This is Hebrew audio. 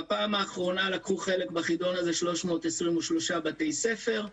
בפעם האחרונה לקחו חלק בחידון הזה 323 בתי ספר.